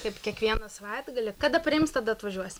kaip kiekvieną savaitgalį kada priims tada atvažiuosim